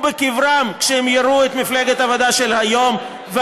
בקברם כשהם יראו את מפלגת העבודה של היום,